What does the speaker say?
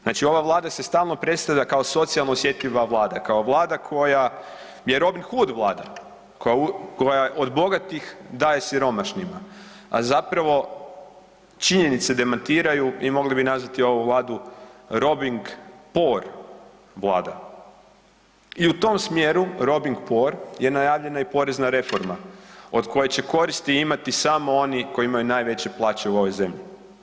Znači, ova Vlada se stalno predstavlja kao socijalno osjetljiva Vlada, kao Vlada koja je Robin Hood vlada, koja od bogatih daje siromašnima, a zapravo činjenice demantiraju i mogli bi nazvati ovu Vladi Robing Poor vlada i u tom smjeru Robing Poor je najavljena i porezna reforma od koje će koristi imati samo oni koji imaju najveće plaće u ovoj zemlji.